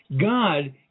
God